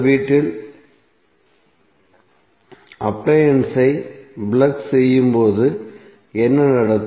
வீட்டில் உங்கள் அப்ளையன்ஸ் ஐ பிளக் செய்யும் போது என்ன நடக்கும்